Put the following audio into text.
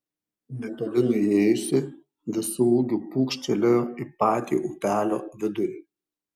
netoli nuėjusi visu ūgiu pūkštelėjo į patį upelio vidurį